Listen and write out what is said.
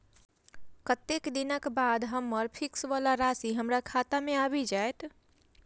कत्तेक दिनक बाद हम्मर फिक्स वला राशि हमरा खाता मे आबि जैत?